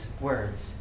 words